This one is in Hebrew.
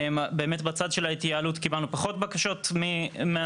באמת בצד של ההתייעלות קיבלנו פחות בקשות מהצפוי,